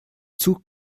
zug